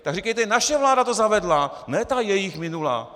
Tak říkejte naše vláda to zavedla, ne ta jejich minulá.